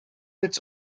its